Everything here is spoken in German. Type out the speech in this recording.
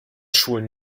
schulen